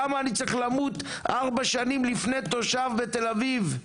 למה אני צריך למות ארבע שנים לפני תושב בתל אביב?